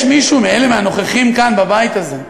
יש מישהו מהנוכחים כאן, בבית הזה,